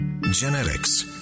genetics